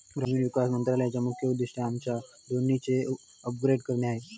ग्रामीण विकास मंत्रालयाचे मुख्य उद्दिष्ट आमच्या दोन्हीचे अपग्रेड करणे आहे